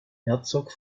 herzog